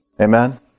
Amen